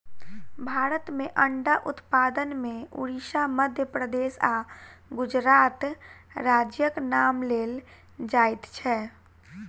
भारत मे अंडा उत्पादन मे उड़िसा, मध्य प्रदेश आ गुजरात राज्यक नाम लेल जाइत छै